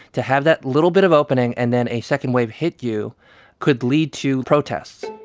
to have that little bit of opening and then a second wave hit you could lead to protests.